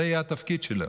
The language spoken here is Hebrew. זה יהיה התפקיד שלו,